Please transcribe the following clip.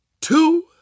two